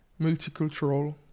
multicultural